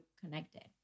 connected